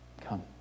Come